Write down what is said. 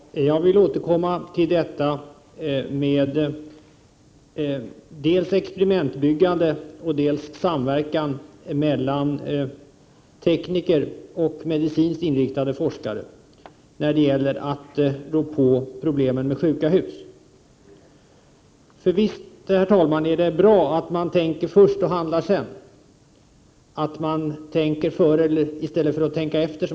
Herr talman! Jag vill återkomma till dels frågan om experimentbyggande, dels frågan om samverkan mellan tekniker och medicinskt inriktade forskare när det gäller att klara av problemen med sjuka hus. Visst är det bra, herr talman, att man tänker först och handlar sedan, att man, som man brukar säga, tänker före i stället för att tänka efter.